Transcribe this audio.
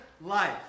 life